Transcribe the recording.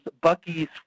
Bucky's